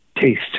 taste